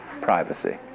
privacy